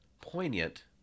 poignant